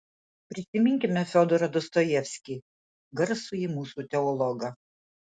prisiminkime fiodorą dostojevskį garsųjį mūsų teologą